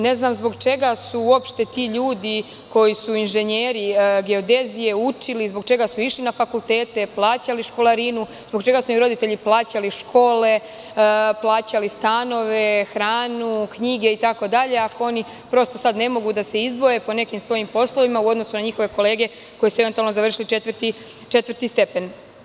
Ne znam zbog čega su uopšte ti ljudi, koji su inženjeri geodezije, učili, zbog čega su išli na fakultete, plaćali školarinu, zbog čega su im roditelji plaćali škole, plaćali stanove, hranu, knjige itd, ako oni sada ne mogu da se izdvoje po nekim svojim poslovima u odnosu na njihove kolege koji su eventualno završili četvrti stepen?